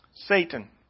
Satan